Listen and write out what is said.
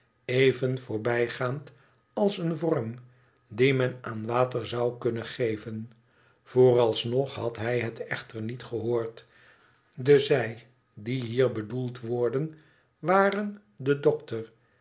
even voorbijgaand als een vorm dien men aan water zou kunnen geven vooralsnog had hij het echter niet gehoord de zij die hier bedoeld worden waren de dokter